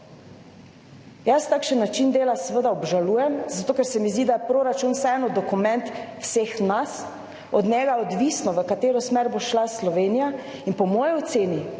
Jaz takšen način dela seveda obžalujem, zato ker se mi zdi, da je proračun vseeno dokument vseh nas, od njega je odvisno, v katero smer bo šla Slovenija, in po moji oceni